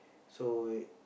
so it